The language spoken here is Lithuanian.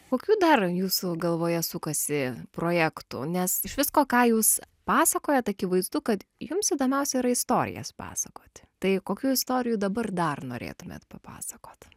kokių dar jūsų galvoje sukasi projektų nes iš visko ką jūs pasakojat akivaizdu kad jums įdomiausia yra istorijas pasakoti tai kokių istorijų dabar dar norėtumėt papasakot